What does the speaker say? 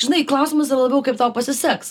žinai klausimas yra labiau kaip tau pasiseks